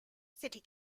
city